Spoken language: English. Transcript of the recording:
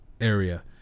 area